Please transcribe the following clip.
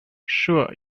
sure